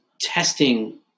testing